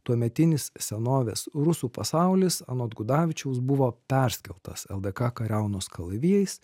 tuometinis senovės rusų pasaulis anot gudavičiaus buvo perskeltas ldk kariaunos kalavijais